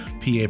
PA